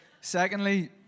Secondly